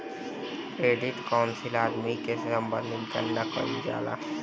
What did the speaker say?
credit counselling के अंतर्गत कर्जा लेबे वाला आदमी के क्रेडिट से संबंधित गणना कईल जाला